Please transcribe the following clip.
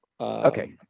Okay